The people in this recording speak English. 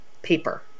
paper